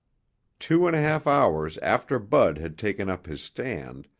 two and a half hours after bud had taken up his stand,